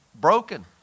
broken